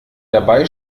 dabei